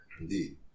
Indeed